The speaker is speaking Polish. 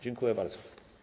Dziękuję bardzo.